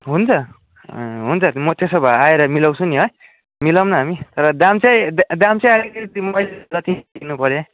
हुन्छ हुन्छ म त्यसो भए आएर मिलाउँछु नि है मिलाउँ नी हामी तर दाम चाहिँ दाम चाहिँ अलिकति मैले जति दिनु पऱ्यो